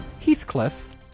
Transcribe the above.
Heathcliff